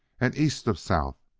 and east of south.